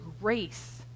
grace